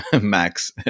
Max